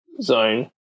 zone